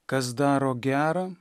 kas daro gera